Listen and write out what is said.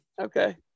Okay